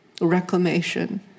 reclamation